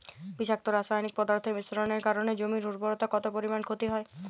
বিষাক্ত রাসায়নিক পদার্থের মিশ্রণের কারণে জমির উর্বরতা কত পরিমাণ ক্ষতি হয়?